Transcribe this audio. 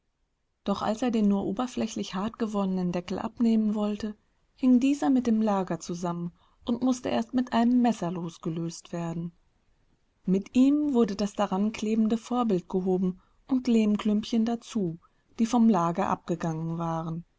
doch als er den nur oberflächlich hartgewordenen deckel abnehmen wollte hing dieser mit dem lager zusammen und mußte erst mit einem messer losgelöst werden mit ihm wurde das daranklebende vorbild gehoben und lehmklümpchen dazu die vom lager abgegangen waren